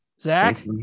Zach